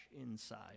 inside